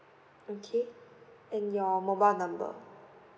okay and your mobile number